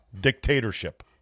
Dictatorship